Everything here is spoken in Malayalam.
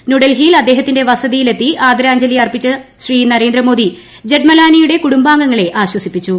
ന്യൂഡൽഹിയിൽ അദ്ദേഹത്തിന്റെ വസതിയിൽ എത്തി ആദരാഞ്ജലി അർപ്പിച്ച ശ്രീ നരേന്ദ്രമോദി ജെഠ്മലാനിയുടെ കുടുംബാംഗങ്ങളെ ആശ്വസിപ്പിച്ചു